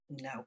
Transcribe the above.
no